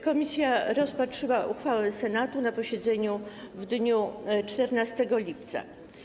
Komisja rozpatrzyła uchwałę Senatu na posiedzeniu w dniu 14 lipca.